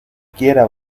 quiera